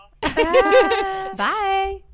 Bye